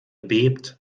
bebt